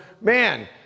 man